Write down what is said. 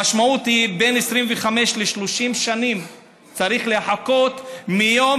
המשמעות היא: בין 25 ל-30 שנים צריך לחכות מיום